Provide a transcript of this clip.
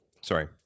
sorry